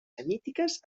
semítiques